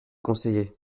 conseiller